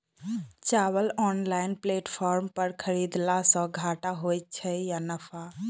चावल online platform पर खरीदलासे घाटा होइ छै या नफा?